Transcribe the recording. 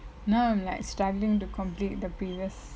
now I'm like struggling to complete the previous